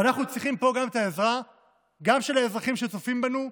ואנחנו צריכים פה גם את העזרה של האזרחים שצופים בנו,